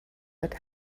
that